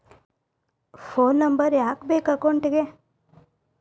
Phone number ಯಾಕೆ ಬೇಕು ಅಕೌಂಟಿಗೆ?